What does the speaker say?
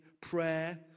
prayer